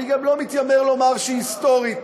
אני גם לא מתיימר לומר שהיא היסטורית.